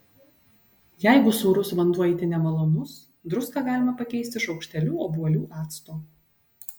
jeigu sūrus vanduo itin nemalonus druską galima pakeisti šaukšteliu obuolių acto